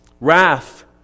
Wrath